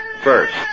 First